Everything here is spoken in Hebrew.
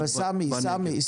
אבל סמי, סמי,